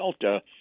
delta